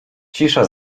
cisza